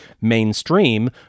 mainstream